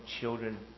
children